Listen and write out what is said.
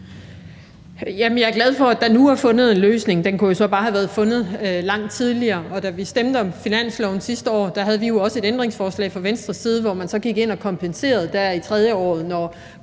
jeg er glad for, at der nu er fundet en løsning. Den kunne jo så bare have været fundet langt tidligere. Da vi stemte om finansloven sidste år, havde vi jo også et ændringsforslag fra Venstres side, hvor man så gik ind og kompenserede der på